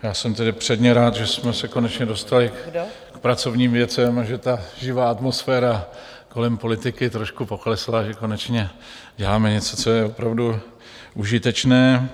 Já jsem tedy předně rád, že jsme se konečně dostali k pracovním věcem a že ta živá atmosféra kolem politiky trošku poklesla, že konečně děláme něco, co je opravdu užitečné.